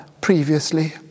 previously